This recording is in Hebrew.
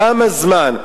כמה זמן?